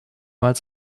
als